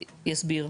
יסביר.